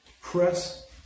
Press